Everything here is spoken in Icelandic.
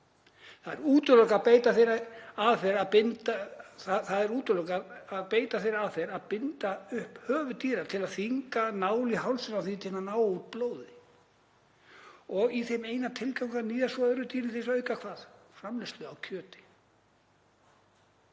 Það er útilokað að beita þeirri aðferð að binda upp höfuð dýra til að þvinga nál í hálsinn á þeim til að ná út blóði í þeim eina tilgangi að níðast svo á öðru, til þess að auka hvað? Framleiðslu á kjöti.